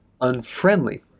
unfriendly